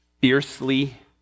fiercely